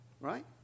Right